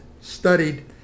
studied